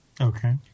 Okay